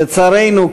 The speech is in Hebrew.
לצערנו,